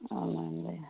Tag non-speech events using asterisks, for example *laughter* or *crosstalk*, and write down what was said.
*unintelligible*